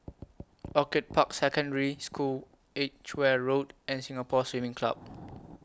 Orchid Park Secondary School Edgeware Road and Singapore Swimming Club